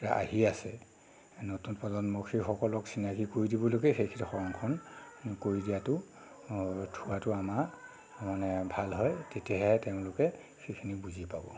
আহি আছে নতুন প্ৰজন্ম সেইসকলক চিনাকি কৰি দিবলৈকে সেই কেইডোখৰ সংৰক্ষণ কৰি দিয়াটো থোৱাটো আমাৰ মানে ভাল হয় তেতিয়াহে তেওঁলোকে সেইখিনি বুজি পাব